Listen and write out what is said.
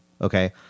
Okay